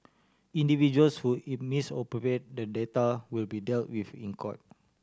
individuals who misappropriate the data will be dealt with in court